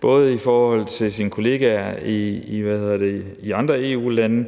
både over for sine kolleger i andre EU-lande,